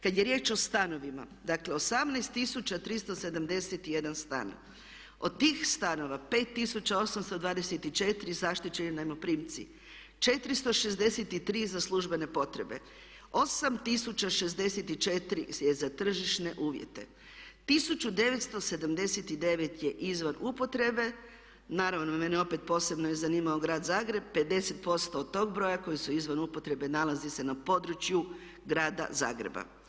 Kad je riječ o stanovima, dakle 18 371 stan, od tih stanova 5824 zaštićeni najmoprimci, 463 za službene potrebe, 864 je za tržišne uvjete, 1979 je izvan upotrebe, naravno mene opet je posebno zanimao grad Zagreb, 50% od tog broja koji su izvan upotrebe nalaze se na području grada Zagreba.